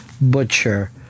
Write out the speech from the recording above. butcher